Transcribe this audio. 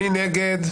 מי נגד?